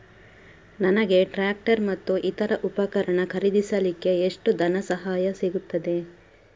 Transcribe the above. ನನಗೆ ಟ್ರ್ಯಾಕ್ಟರ್ ಮತ್ತು ಇತರ ಉಪಕರಣ ಖರೀದಿಸಲಿಕ್ಕೆ ಎಷ್ಟು ಧನಸಹಾಯ ಸಿಗುತ್ತದೆ?